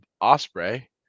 Osprey